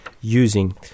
using